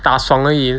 打爽而已